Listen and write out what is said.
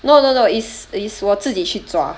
no no no is is 我自己去抓